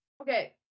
Okay